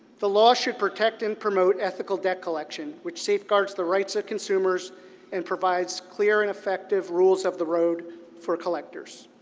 the law should protect and promote ethical debt collection which safeguards the rights of consumers and provides clear and effective rules of the road for collectors.